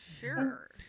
Sure